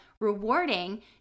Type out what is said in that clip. rewarding